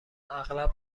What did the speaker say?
اغلب